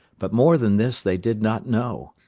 but more than this they did not know,